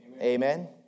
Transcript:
Amen